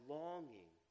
longing